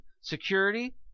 security